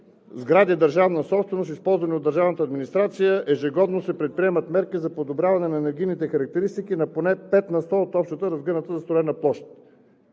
сгради държавна собственост, използвани от държавната администрация, ежегодно се предприемат мерки за подобряване на енергийните характеристики на поне 5 на сто от общата разгъната застроена площ“.